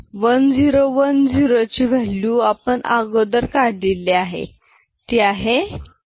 1010 ची व्हॅल्यू आपण अगोदर काढलेली आहे ती आहे 10